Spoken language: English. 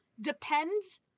depends